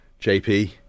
JP